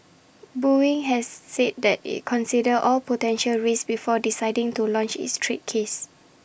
boeing has said IT considered all potential risks before deciding to launch its trade case